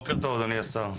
בוקר טוב אדוני השר.